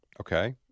Okay